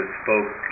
spoke